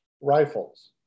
rifles